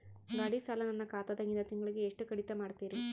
ಗಾಢಿ ಸಾಲ ನನ್ನ ಖಾತಾದಾಗಿಂದ ತಿಂಗಳಿಗೆ ಎಷ್ಟು ಕಡಿತ ಮಾಡ್ತಿರಿ?